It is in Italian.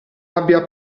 abbia